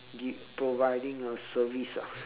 give providing a service ah